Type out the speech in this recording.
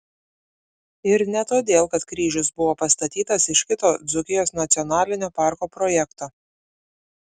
ir ne todėl kad kryžius buvo pastatytas iš kito dzūkijos nacionalinio parko projekto